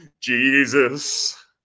Jesus